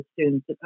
students